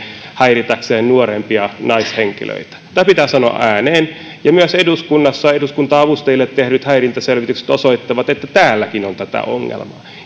häiritäkseen nuorempia naishenkilöitä tämä pitää sanoa ääneen ja myös eduskunnassa eduskunta avustajille tehdyt häirintäselvitykset osoittavat että täälläkin on tätä ongelmaa